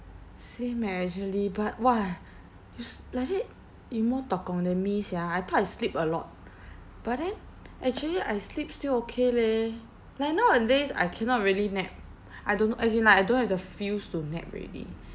same eh actually but !wah! you sl~ like that you more tok gong than me sia I thought I sleep a lot but then actually I sleep still okay leh like nowadays I cannot really nap I don't know as in like I don't have the feels to nap already